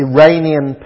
Iranian